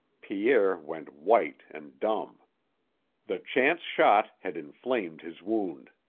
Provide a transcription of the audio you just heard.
pierre went white and dumb the chance shot had inflamed his wound.